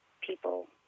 people